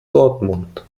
dortmund